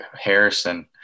Harrison